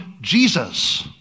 Jesus